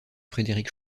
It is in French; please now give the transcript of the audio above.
frédéric